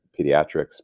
Pediatrics